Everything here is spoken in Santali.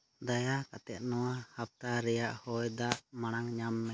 ᱫᱟᱭᱟ ᱠᱟᱛᱮᱫ ᱱᱚᱣᱟ ᱦᱟᱯᱛᱟ ᱨᱮᱭᱟᱜ ᱦᱚᱭᱫᱟᱜ ᱢᱟᱲᱟᱝ ᱧᱟᱢ ᱢᱮ